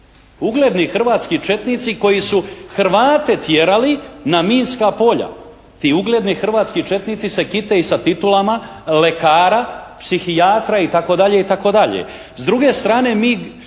Ugledni hrvatski četnici koji su Hrvate tjerali na minska polja. Ti ugledni hrvatski četnici se kite i sa titulama lekara, psihijatra itd., itd. S druge strane mi